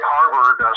Harvard